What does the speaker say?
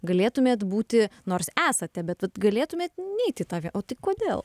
galėtumėt būti nors esate bet vat galėtumėt neiti į tą o tai kodėl